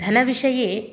धनविषये